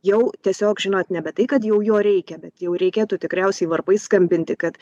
jau tiesiog žinot nebe tai kad jau jo reikia bet jau reikėtų tikriausiai varpais skambinti kad